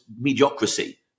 mediocrity